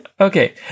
Okay